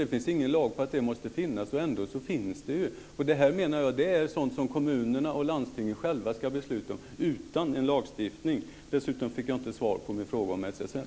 Det finns ingen lag på att sådana ska finnas, men ändå finns de. Jag menar att kommunerna och landstingen själva ska besluta om sådant utan lagstiftning. Jag fick inte svar på min fråga om SSM.